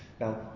Now